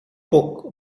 book